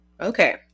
Okay